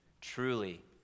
Truly